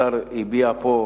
השר הביע פה,